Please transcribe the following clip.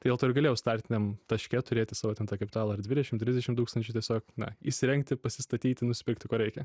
tai dėl to ir galėjau startiniam taške turėti savo ten tą kapitalą ar dvidešimt trisdešimt tūkstančių tiesiog na įsirengti pasistatyti nusipirkti ko reikia